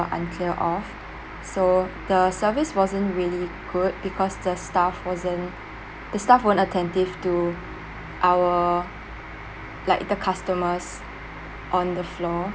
unclear of so the service wasn't really good because the staff wasn't the staff weren't attentive to our like the customers on the floor